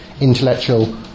intellectual